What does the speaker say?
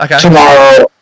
tomorrow